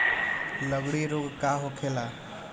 लगड़ी रोग का होखेला?